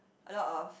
a lot of